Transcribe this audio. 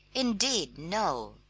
indeed, no!